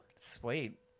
Sweet